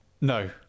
No